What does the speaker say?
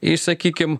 į sakykim